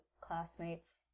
classmates